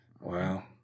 Wow